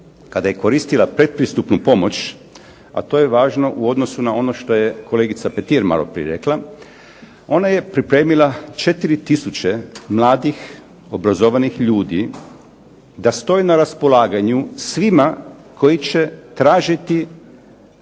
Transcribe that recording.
kada je koristila pretpristupnu pomoć, a to je važno u odnosu na ono što je kolegica Petir maloprije rekla, ona je pripremila 4 tisuće mladih obrazovanih ljudi da stoje na raspolaganju svima koji će tražiti